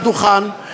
על הדוכן,